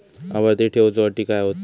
आवर्ती ठेव च्यो अटी काय हत?